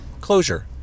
closure